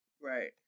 Right